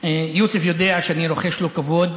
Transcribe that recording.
יוסף יודע שאני רוחש לו כבוד.